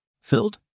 filled